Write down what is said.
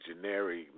generic